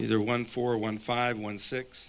either one four one five one six